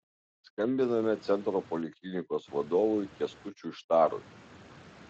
skambiname centro poliklinikos vadovui kęstučiui štarui